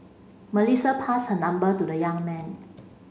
Melissa passed her number to the young man